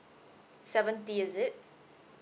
seventy is it